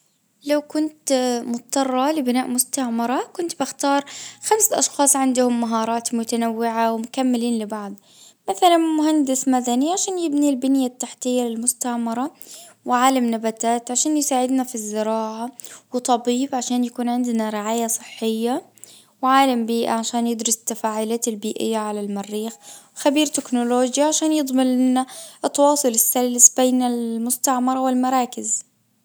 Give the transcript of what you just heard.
لو كنت مضطرة لبناء مستعمرة كنت بختار خمسة اشخاص عندهم مهارات متنوعة ومكملين لبعض. مثلا مهندس مدني عشان يبني البنية التحتية للمستعمرة وعالم نباتات عشان يساعدنا في الزراعة. وطبيب عشان يكون عندنا رعاية صحية وعالم بيئة عشان يدرس التفاعلات البيئية على المريخ خبير تكنولوجيا عشان يضمن لنا اتواصل السلس بين المستعمرة والمراكز.